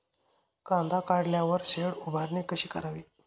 कांदा काढल्यावर शेड उभारणी कशी करावी?